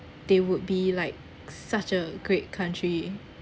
they would be like such a great country